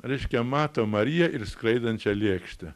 reiškia mato mariją ir skraidančią lėkštę